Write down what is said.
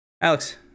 Alex